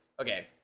Okay